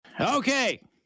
Okay